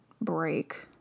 break